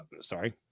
Sorry